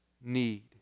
need